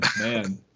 man